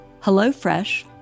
HelloFresh